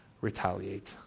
retaliate